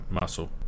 muscle